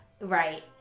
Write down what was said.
Right